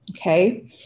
okay